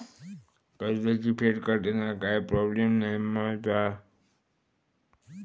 कर्जाची फेड करताना काय प्रोब्लेम नाय मा जा?